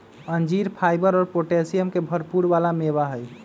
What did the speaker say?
अंजीर फाइबर और पोटैशियम के भरपुर वाला मेवा हई